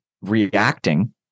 reacting